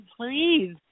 please